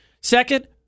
Second